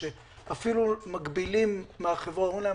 עד היום לכל אזהרה שאמרנו בסוף הדיון הקשיבו לנו.